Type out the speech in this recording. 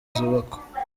zubakwa